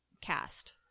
cast